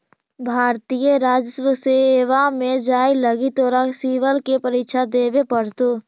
भारतीय राजस्व सेवा में जाए लगी तोरा सिवल के परीक्षा देवे पड़तो